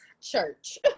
church